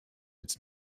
its